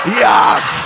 yes